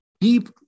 deep